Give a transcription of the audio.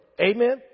Amen